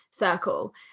Circle